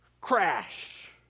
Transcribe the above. crash